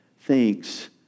thinks